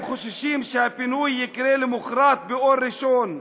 חוששים שהפינוי יקרה למחרת באור ראשון.